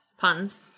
puns